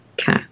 Okay